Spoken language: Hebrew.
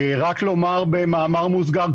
רק לומר במאמר מוסגר,